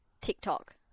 TikTok